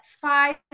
five